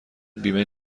بیمه